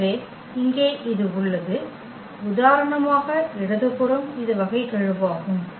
எனவே இங்கே இது உள்ளது உதாரணமாக இடது புறம் இது வகைகெழுவாகும்